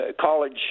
College